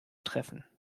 treffen